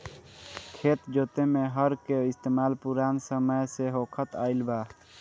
खेत जोते में हर के इस्तेमाल पुरान समय से होखत आइल बा